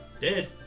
Dead